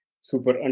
Super